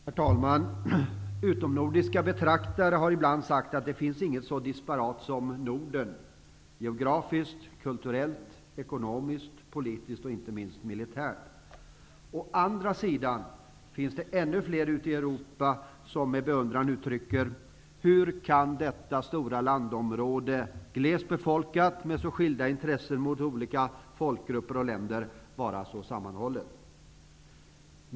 Herr talman! Utomnordiska betraktare har ibland sagt att det finns inget så disparat som Norden: geografiskt, kulturellt, politiskt och inte minst militärt. Å andra sidan finns det ännu fler ute i Europa som med beundran uttrycker: Hur kan detta stora landområde, glest befolkat, med så skilda intressen mot olika folkgrupper och länder, vara så sammanhållet?